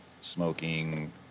smoking